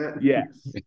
yes